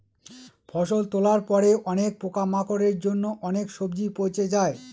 ফসল তোলার পরে অনেক পোকামাকড়ের জন্য অনেক সবজি পচে যায়